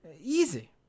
Easy